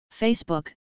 Facebook